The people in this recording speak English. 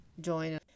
join